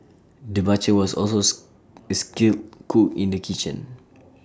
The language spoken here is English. the butcher was also is A skilled cook in the kitchen